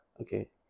okay